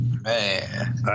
Man